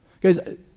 Guys